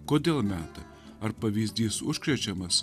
kodėl meta ar pavyzdys užkrečiamas